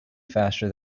faster